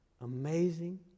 amazing